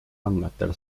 andmetel